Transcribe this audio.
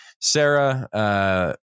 Sarah